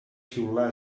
xiular